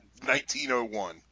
1901